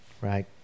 Right